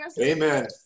Amen